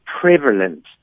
prevalent